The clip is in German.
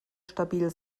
stabil